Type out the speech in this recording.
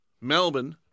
Melbourne